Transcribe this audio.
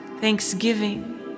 thanksgiving